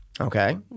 Okay